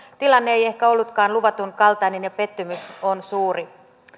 päästyään tilanne ei ehkä ollutkaan luvatun kaltainen ja pettymys on suuri